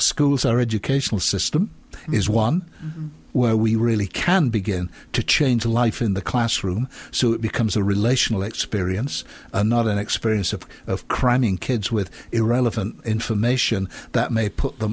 schools our educational system is one where we really can begin to change the life in the classroom so it becomes a relational experience not an experience of of crime in kids with irrelevant information that may put them